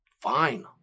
fine